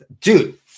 Dude